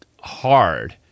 hard